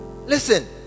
listen